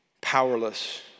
powerless